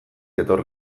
etor